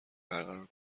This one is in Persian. برقرار